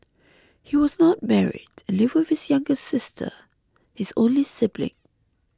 he was not married and lived with his younger sister his only sibling